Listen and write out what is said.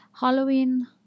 Halloween